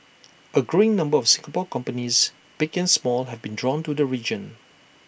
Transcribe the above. A growing number of Singapore companies big and small have been drawn to the region